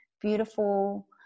beautiful